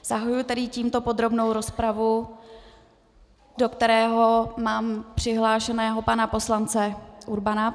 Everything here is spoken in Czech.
Zahajuji tedy tímto podrobnou rozpravu, do které mám přihlášeného pana poslance Urbana.